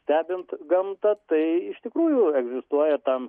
stebint gamtą tai iš tikrųjų egzistuoja tam